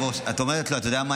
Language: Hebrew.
באת להפתיע אותי, כבוד השר?